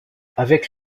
avec